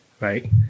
right